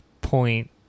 point